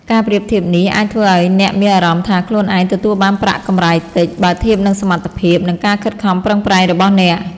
ការប្រៀបធៀបនេះអាចធ្វើឲ្យអ្នកមានអារម្មណ៍ថាខ្លួនឯងទទួលបានប្រាក់កម្រៃតិច បើធៀបនឹងសមត្ថភាព និងការខិតខំប្រឹងប្រែងរបស់អ្នក។